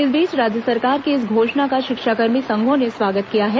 इस बीच राज्य सरकार की इस घोषणा का शिक्षाकर्मी संघों ने स्वागत किया है